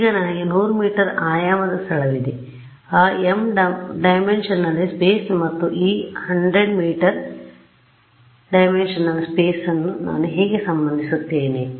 ಈಗ ನನಗೆ 100 ಮೀ ಆಯಾಮದ ಸ್ಥಳವಿದೆ ಆ m ಡೈಮೆನ್ಶನಲ್ ಸ್ಪೇಸ್ ಮತ್ತು ಈ 100 ಮೀ ಡೈಮೆನ್ಶನಲ್ ಸ್ಪೇಸ್ ನಾನು ಹೇಗೆ ಸಂಬಂಧಿಸುತ್ತೇನೆ